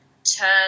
Turn